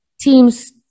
teams